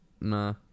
Nah